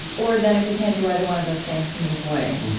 or, then, if we can't do either one of those things, to move away.